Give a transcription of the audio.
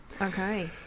okay